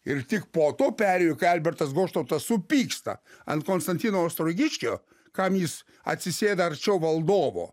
ir tik po to perėjo albertas goštautas supyksta ant konstantino ostrogičkio kam jis atsisėda arčiau valdovo